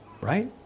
right